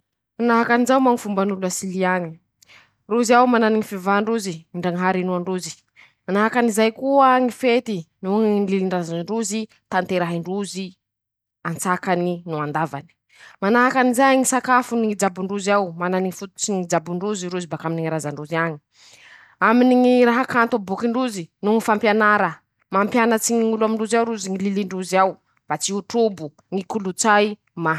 Manahaky anizao moa ñy fomban'olo a silia añy: -Rozy ao manany ñy fivavahan-drozy ,ndrañahary inoan-drozy ;manahaky anizay koa ñy fety noho ñy lilin-drazan-drozy tanterahin-drozy an-tsakany no an-davany ;manahaky anizay ñy sakafony ñy jabon-drozy ao ,manany ñy fototsiny ñy jabon-drozy rozy bakaminy ñy razan-drozy añy ;aminy ñy raha kanto aboakin-drozy ,noho ñy fampianara ,mampianatsy ñ'olo amindrozy ao rozy ñy lilin-drozy ao ,mba tsy ho trobo ñy kolotsay maha.